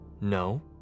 no